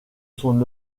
son